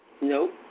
No